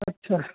अच्छा